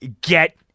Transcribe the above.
get